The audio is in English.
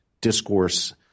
discourse